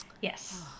Yes